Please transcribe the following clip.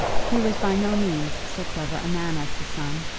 he was by no means so clever a man as his son,